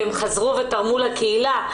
והם חזרו ותרמו לקהילה.